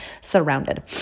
surrounded